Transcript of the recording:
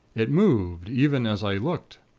it moved, even as i looked.